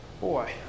Boy